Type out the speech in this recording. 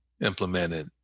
implemented